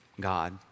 God